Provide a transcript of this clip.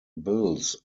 bills